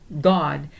God